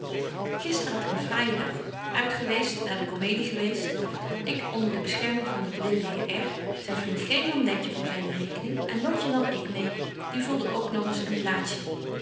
gister had ik een fraaijen dag uitgeweest naar de comedie geweest ik onder de bescherming van den beleefden heer r zyn vriend g nam letje voor zyne rekening en lotje nam ik meê die vulde ook nog eens een plaatsje